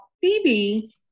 Phoebe